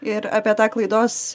ir apie tą klaidos